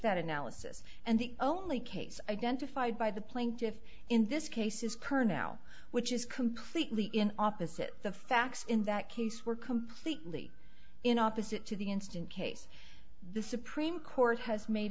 that analysis and the only case identified by the plaintiffs in this case is colonel which is completely in opposite the facts in that case were completely in opposite to the instant case the supreme court has made